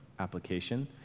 application